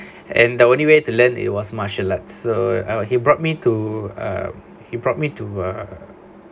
and the only way to learn it was martial art so uh he brought me to a he brought me to err